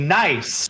nice